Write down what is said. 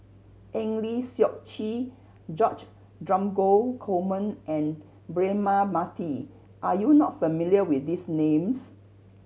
Eng Lee Seok Chee George Dromgold Coleman and Braema Mathi are you not familiar with these names